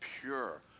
pure